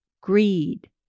greed